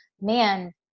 man